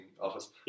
office